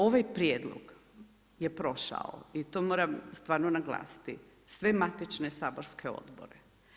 Ovaj prijedlog je prošao i to moram stvarno naglasiti, sve matične saborske odbore.